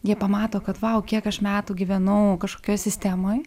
jie pamato kad vau kiek aš metų gyvenau kažkokioj sistemoj